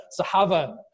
Sahaba